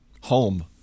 home